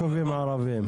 ישובים ערבים.